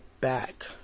back